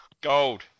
gold